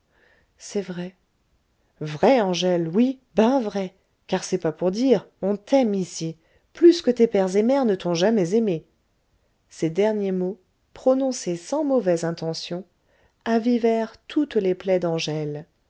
c'est vrai vrai angèle oui ben vrai car c'est pas pour dire on t'aime ici plus que tes père z et mère ne t'ont jamais aimée ces derniers mots prononcés sans mauvaise intention avivèrent toutes les plaies